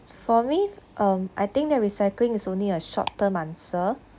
for me um I think that recycling is only a short term answer